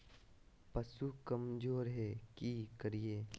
पशु कमज़ोर है कि करिये?